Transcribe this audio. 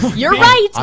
you're right.